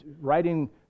writing